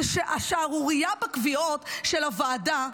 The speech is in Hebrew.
זה השערורייה בקביעות של הוועדה.